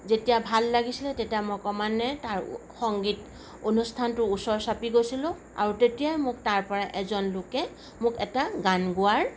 যেতিয়া ভাল লাগিছিলে মই ক্ৰমান্বয়ে তাৰ সংগীত অনুষ্ঠানটোৰ ওচৰ চাপি গৈছিলোঁ আৰু তেতিয়াই তাৰ এজন লোকে মোক এটা গান গোৱাৰ